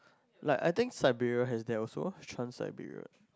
like I think Siberia had that also transit period